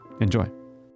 Enjoy